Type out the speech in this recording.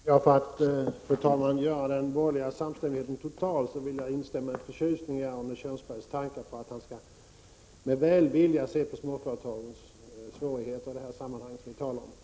Fru talman! För att göra den borgerliga samstämmigheten total vill jag med förtjusning instämma i Arne Kjörnsbergs tankar på att med välvilja se på småföretagens svårigheter i det sammanhang vi har talat om.